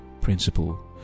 principle